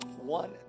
One